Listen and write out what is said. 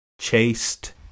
chased